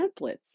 templates